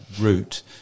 route